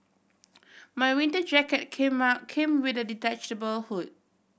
my winter jacket came came with a detachable hood